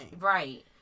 right